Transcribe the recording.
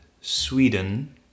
Sweden